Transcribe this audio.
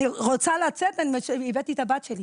אני רוצה לצאת, הבאתי את הבת שלי.